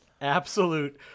absolute